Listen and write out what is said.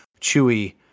chewy